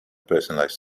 personalized